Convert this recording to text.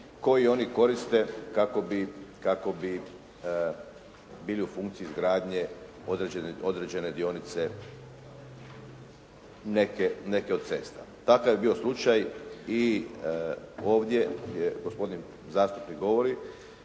koji oni koriste kako bi bili u funkciji izgradnje određene dionice neke od cesta. Takav je bio slučaj i ovdje je gospodin zastupnik govori,